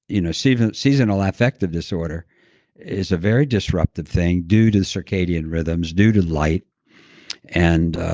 you know seasonal seasonal affective disorder is a very disruptive thing due to the circadian rhythms, due to light and